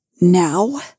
Now